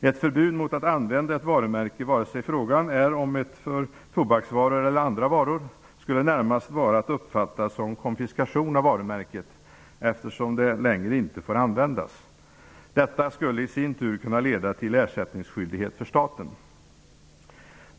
Ett förbud mot att använda ett varumärke, vare sig det gäller tobaksvaror eller andra varor, skulle närmast vara att uppfatta som konfiskation av varumärket, eftersom det längre inte får användas. Detta skulle i sin tur kunna leda till ersättningsskyldighet för staten.